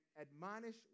admonish